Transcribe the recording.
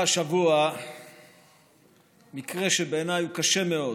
קרה השבוע מקרה שבעיניי הוא קשה מאוד.